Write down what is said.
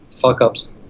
fuck-ups